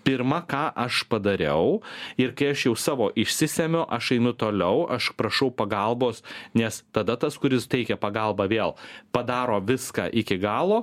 pirma ką aš padariau ir kai aš jau savo išsisemiu aš einu toliau aš prašau pagalbos nes tada tas kuris teikia pagalbą vėl padaro viską iki galo